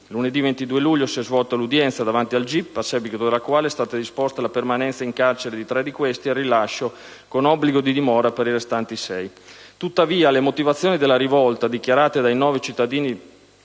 Lunedì 22 luglio si è svolta l'udienza davanti al gip, a seguito della quale è stata disposta la permanenza in carcere per tre di questi e il rilascio con obbligo di dimora per i restanti sei. Tuttavia, le motivazioni della rivolta dichiarate dai nove cittadini